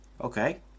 okay